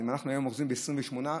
אנחנו אוחזים ב-28,